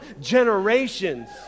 generations